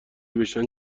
بشن